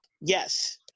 Yes